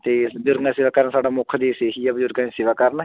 ਅਤੇ ਬਜ਼ੁਰਗਾਂ ਦੀ ਸੇਵਾ ਕਰਨਾ ਸਾਡਾ ਮੁੱਖ ਉਦੇਸ਼ ਇਹ ਹੀ ਹੈ ਬਜ਼ੁਰਗਾਂ ਦੀ ਸੇਵਾ ਕਰਨਾ